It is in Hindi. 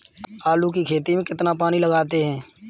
आलू की खेती में कितना पानी लगाते हैं?